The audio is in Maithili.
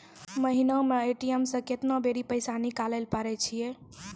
महिना मे ए.टी.एम से केतना बेरी पैसा निकालैल पारै छिये